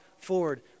forward